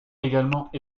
également